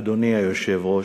אדוני היושב-ראש,